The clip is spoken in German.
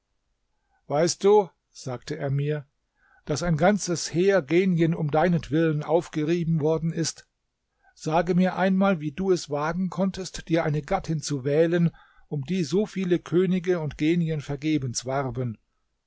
weißt du sagte er mir daß ein ganzes heer genien um deinetwillen aufgerieben worden ist sage mir einmal wie du es wagen konntest dir eine gattin zu wählen um die so viele könige und genien vergebens warben